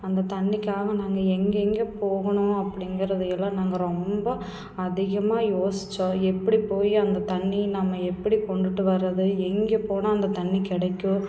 அந்த தண்ணிக்காக நாங்கள் எங்கெங்க போகணும் அப்படிங்கிறது எல்லாம் நாங்கள் ரொம்ப அதிகமாக யோசிச்சோம் எப்படி போய் அந்த தண்ணியை நம்ம எப்படி கொண்டுகிட்டு வர்றது எங்கே போனால் அந்த தண்ணி கிடைக்கும்